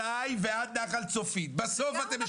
בסוף,